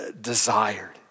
desired